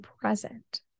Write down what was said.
present